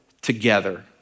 together